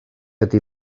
ydy